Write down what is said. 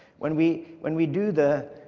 when we when we do the